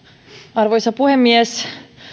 arvoisa puhemies